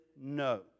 no